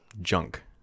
junk